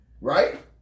right